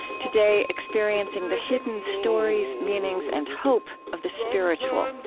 today experiencing the hidden stories, meanings, and hope of the spiritual.